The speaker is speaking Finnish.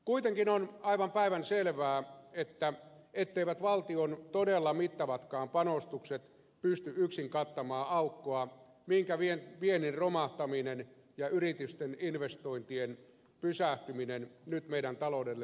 kuitenkin on aivan päivänselvää etteivät valtion todella mittavatkaan panostukset pysty yksin kattamaan aukkoa minkä viennin romahtaminen ja yritysten investointien pysähtyminen nyt meidän taloudellemme aiheuttavat